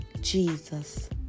jesus